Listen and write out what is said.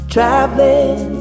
Traveling